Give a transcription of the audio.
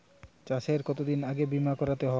চাষে কতদিন আগে বিমা করাতে হয়?